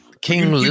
King